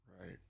Right